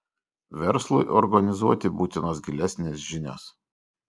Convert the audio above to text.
verslui organizuoti būtinos gilesnės žinios